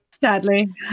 sadly